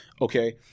okay